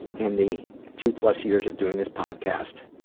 in the two plus years of doing this podcast,